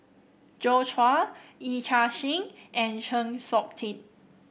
Joi Chua Yee Chia Hsing and Chng Seok Tin